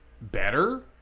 better